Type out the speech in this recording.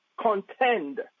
contend